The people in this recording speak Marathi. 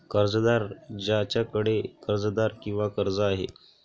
कर्जदार ज्याच्याकडे कर्जदार किंवा कर्ज आहे